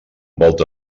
volta